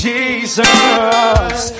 Jesus